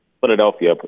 Philadelphia